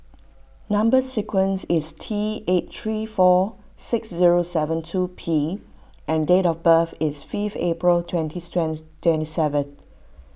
Number Sequence is T eight three four six zero seven two P and date of birth is fifth April twenty strength seven